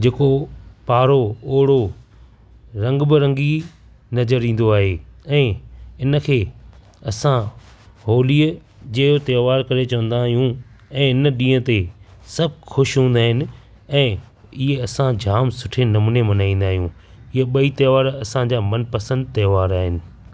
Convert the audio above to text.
जेको पाड़ो ओड़ो रंग बिरंगी नज़र ईंदो आहे ऐं इन खे असां होलीअ जे त्योहार करे चवंदा आहियूं ऐं इन ॾींहं ते सभु ख़ुशि हूंदा आहिनि ऐं इहे असां जाम सुठे नमूने मल्हाईंदा आहियूंं इहे ॿई त्योहार असांजा मनपसंदि त्योहार आहिनि